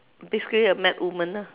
basically a mad woman ah